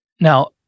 Now